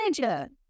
manager